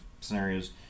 scenarios